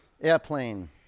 Airplane